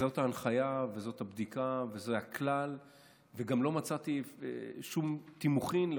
זאת ההנחיה וזאת הבדיקה וזה הכלל וגם לא מצאתי לכך שום תימוכין.